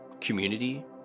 community